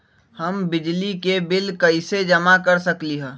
हम बिजली के बिल कईसे जमा कर सकली ह?